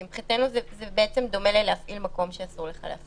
כי מבחינתנו זה דומה להפעלת מקום שאסור לך להפעיל.